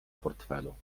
portfelu